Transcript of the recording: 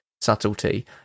subtlety